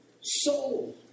soul